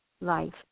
life